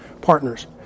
partners